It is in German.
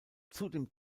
zudem